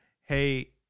Hey